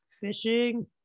fishing